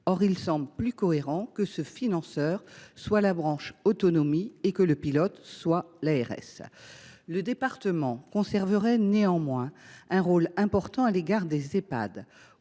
Or il semble plus cohérent que ce financeur soit la branche autonomie et que le pilote soit l’ARS. Le département conserverait néanmoins un rôle important à l’égard des Ehpad